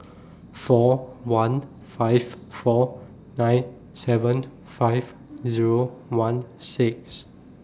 four one five four nine seven five Zero one six